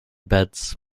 beds